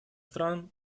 стран